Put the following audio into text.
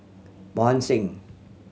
Singh